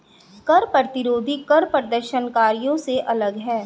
कर प्रतिरोधी कर प्रदर्शनकारियों से अलग हैं